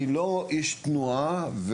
אני לא איש תנועה,